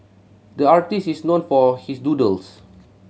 the artist is known for his doodles